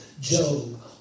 Job